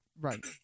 Right